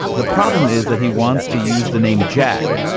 the problem is that he wants to use the name jack,